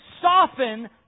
soften